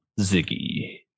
Ziggy